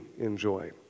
enjoy